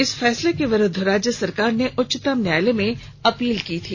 इस फैसले के विरुद्ध राज्य सरकार ने उच्चतम न्यायालय में अपील की थी